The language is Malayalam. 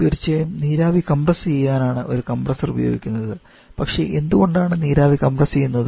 തീർച്ചയായും നീരാവി കംപ്രസ്സു ചെയ്യാനാണ് ഒരു കംപ്രസ്സർ ഉപയോഗിക്കുന്നത് പക്ഷേ എന്തുകൊണ്ടാണ് നീരാവി കംപ്രസ് ചെയ്യുന്നത്